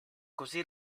così